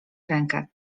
rękę